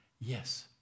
yes